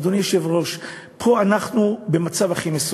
אדוני היושב-ראש, פה אנחנו במצב הכי מסוכן,